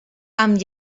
amb